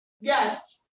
Yes